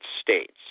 States